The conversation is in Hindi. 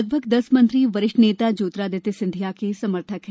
लगभग दस मंत्री वरिष्ठ नेता ज्योतिरादित्य सिंधिया के समर्थक हैं